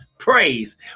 Praise